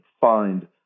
find